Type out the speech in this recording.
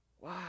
Wow